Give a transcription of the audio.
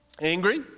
Angry